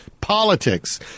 politics